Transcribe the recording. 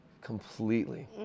completely